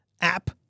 app